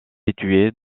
située